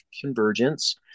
Convergence